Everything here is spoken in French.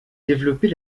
développer